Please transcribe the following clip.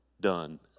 done